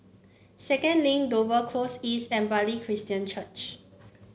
Second Link Dover Close East and Bartley Christian Church